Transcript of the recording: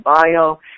bio